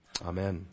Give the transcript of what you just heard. amen